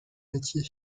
métier